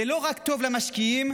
זה טוב לא רק למשקיעים,